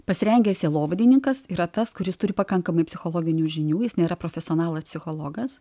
pasirengęs sielovadininkas yra tas kuris turi pakankamai psichologinių žinių jis nėra profesionalas psichologas